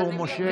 משה,